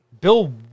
Bill